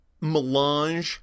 melange